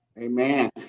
Amen